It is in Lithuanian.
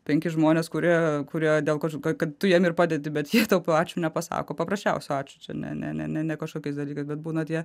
penki žmonės kurie kurio dėl kažko kad tu jam ir padedi bet ji tau po ačiū nepasako paprasčiausio ačiū čia ne ne kažkokiais dalykais bet būna tie